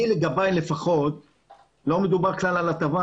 לגביי לפחות לא מדובר בהטבה.